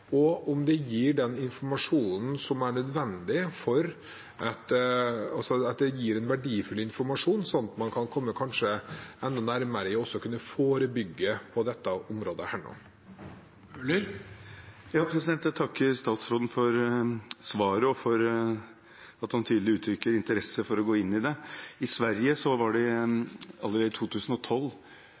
og om det gir den nødvendige og verdifulle informasjonen, slik at man kanskje kan komme enda nærmere i det å kunne forebygge på dette området. Jeg takker statsråden for svaret og for at han tydelig uttrykker interesse for å gå inn i det. I Sverige, allerede i 2012, kom Brottsförebyggande rådet, BRÅ, med en rapport om at æresvold ikke blir identifisert, og ville gjøre noe med det.